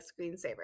screensaver